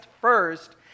first